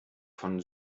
von